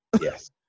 Yes